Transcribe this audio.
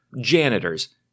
janitors